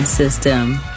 system